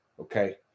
Okay